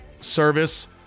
service